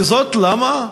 וזאת למה?